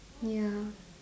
ya